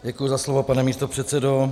Děkuji za slovo, pane místopředsedo.